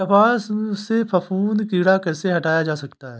कपास से फफूंदी कीड़ा कैसे हटाया जा सकता है?